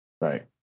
Right